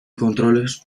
controles